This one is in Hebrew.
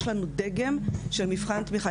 יש לנו דגם של מבחן תמיכה,